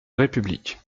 république